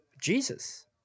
Jesus